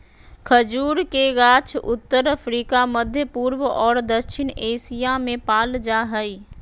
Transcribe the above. खजूर के गाछ उत्तर अफ्रिका, मध्यपूर्व और दक्षिण एशिया में पाल जा हइ